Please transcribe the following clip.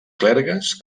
clergues